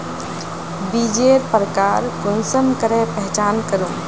बीजेर प्रकार कुंसम करे पहचान करूम?